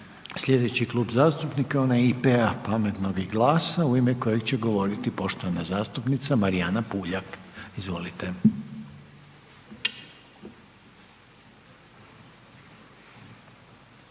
slijedeći klub zastupnika je onaj HSS-a i HSU-a u ime kojeg će govorit poštovani zastupnik Silvano Hrelja. Izvolite.